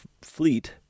fleet